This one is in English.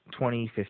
2015